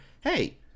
hey